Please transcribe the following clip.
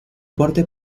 borde